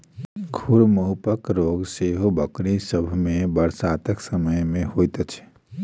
खुर मुँहपक रोग सेहो बकरी सभ मे बरसातक समय मे होइत छै